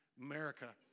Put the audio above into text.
America